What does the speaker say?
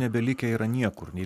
nebelikę yra niekur nei